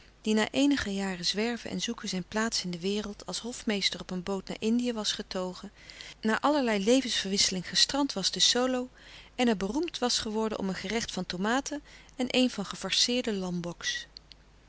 die na eenige jaren zwerven en zoeken zijn plaats in de wereld als hofmeester op een boot naar indië was getogen na allerlei levensverwisseling gestrand was te solo en er beroemd was geworden om een gerecht van tomaten en een van gefarceerde